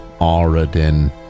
Aradin